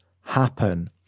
happen